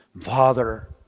Father